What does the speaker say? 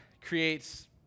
creates